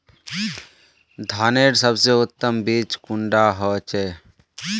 धानेर सबसे उत्तम बीज कुंडा होचए?